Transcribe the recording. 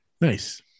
Nice